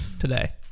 today